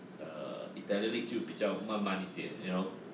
err italian league 就比较慢慢一点 you know